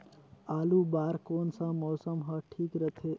आलू बार कौन सा मौसम ह ठीक रथे?